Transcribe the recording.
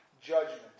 judgment